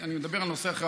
אני מדבר על נושא אחר,